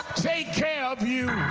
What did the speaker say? take of you.